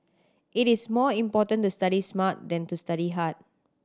it is more important to study smart than to study hard